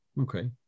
Okay